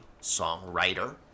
songwriter